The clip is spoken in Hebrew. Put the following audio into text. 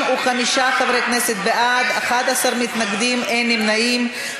35 חברי כנסת בעד, 11 מתנגדים, אין נמנעים.